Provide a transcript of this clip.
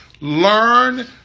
learn